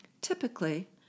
Typically